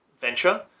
venture